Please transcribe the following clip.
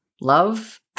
love